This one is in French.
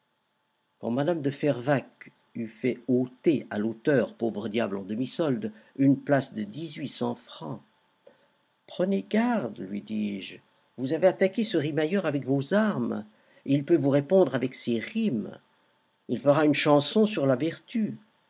quand mme de fervaques eut fait ôter à l'auteur pauvre diable en demi-solde une place de dix-huit cents francs prenez garde lui dis-je vous avez attaqué ce rimailleur avec vos armes il peut vous répondre avec ses rimes il fera une chanson sur la vertu